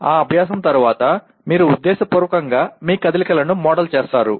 ఆ అభ్యాసం తరువాత మీరు ఉద్దేశపూర్వకంగా మీ కదలికలను మోడల్ చేస్తారు